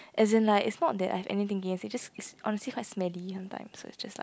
as in like is not that I have anything against is just is honestly quite smelly sometime is just like